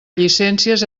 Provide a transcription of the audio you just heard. llicències